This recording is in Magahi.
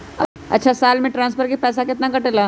अछा साल मे ट्रांसफर के पैसा केतना कटेला?